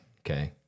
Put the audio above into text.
okay